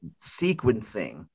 sequencing